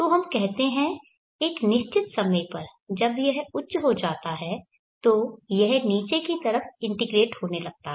तो हम कहते हैं एक निश्चित समय पर जब यह उच्च हो जाता है तो यह नीचे की तरफ इंटीग्रेट होने लगता है